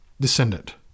descendant